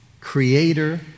creator